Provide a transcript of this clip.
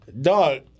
dog